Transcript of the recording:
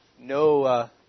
No